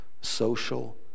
social